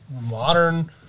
modern